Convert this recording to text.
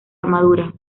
armadura